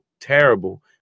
terrible